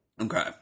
Okay